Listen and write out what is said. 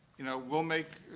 you know, we'll make,